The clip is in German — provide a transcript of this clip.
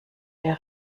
der